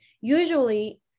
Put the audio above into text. usually